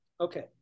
okay